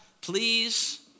please